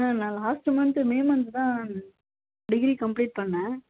ma'am நான் last month May month தான் degree complete பண்ணேண்